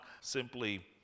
simply